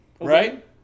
Right